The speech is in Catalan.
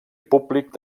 públic